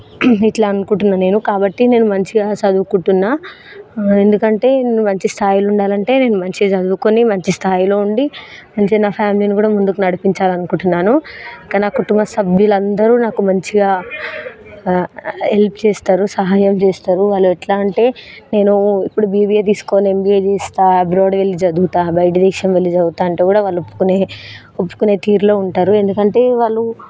ఇట్లా అనుకుంటున్నా నేను కాబట్టి నేను మంచిగా చదువుకుంటున్నాను ఎందుకంటే మంచి స్థాయిలో ఉండాలంటే నేను మంచిగా చదువుకొని మంచి స్థాయిలో ఉండి మంచిగా నా ఫ్యామిలీని కూడా ముందుకు నడిపించాలి అనుకుంటున్నాను కానీ నా కుటుంబ సభ్యులు అందరు నాకు మంచిగా హెల్ప్ చేస్తారు సహాయం చేస్తారు వాళ్ళు ఎట్లా అంటే నేను ఇప్పుడు బీబీఏ తీసుకొని ఎంబీఏ అబ్రాడ్ వెళ్ళి చదువుతాను బయట దేశం వెళ్ళి చదువుతాను అంటే కూడా వాళ్ళు ఒప్పుకొని ఒప్పుకునే తీరులో ఉంటారు ఎందుకంటే వాళ్ళు